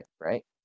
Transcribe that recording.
right